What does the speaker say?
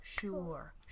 sure